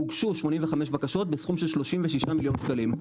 הוגשו 85 בקשות בסכום של 36 מיליון שקלים.